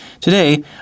Today